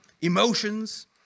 emotions